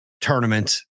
tournament